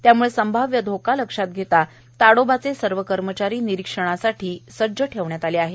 त्याम्ळे संभाव्य धोका लक्षात घेता ताडोबाचे सर्व कर्मचारी निरीक्षणासाठी सज्ज ठेवले गेले आहेत